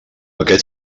aquest